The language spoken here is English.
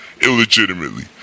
illegitimately